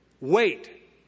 wait